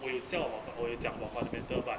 我有教 or 我有讲 about fundamental but